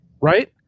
right